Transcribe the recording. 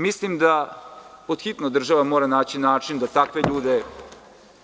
Mislim da podhitno država mora naći način da takve ljude